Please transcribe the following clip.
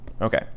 Okay